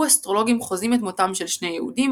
אסטרולוגים חוזים את מותם של שני יהודים,